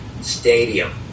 stadium